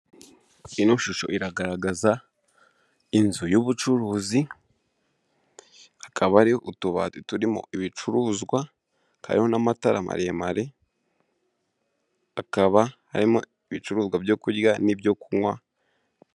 Ino shusho iragaragaza inzu y'ubucuruzi akaba ari utubari turimo ibicuruzwa hakaba harimo n'amatara maremare hakaba harimo ibicuruzwa byo kurya n'ibyo kunywa.